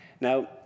Now